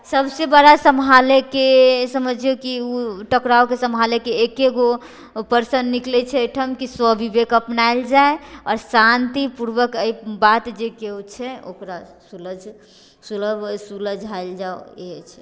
सबसँ बड़ा सम्हालेके समझियौ कि उ टकरावके स्म्हालैके एके गो पर्सन निकलै छै अइठम कि स्वविवेक अपनायल जाइ आओर शान्तिपूर्वक अइ बात जे कियो छै ओकरा सुलझ सुलभ सुलझायल जाउ इहे छै